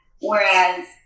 Whereas